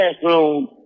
classroom